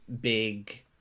big